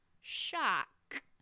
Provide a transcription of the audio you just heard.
shock